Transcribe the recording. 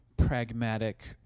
pragmatic